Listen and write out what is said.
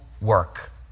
work